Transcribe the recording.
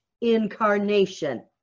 incarnation